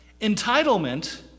Entitlement